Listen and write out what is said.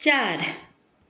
चार